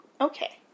Okay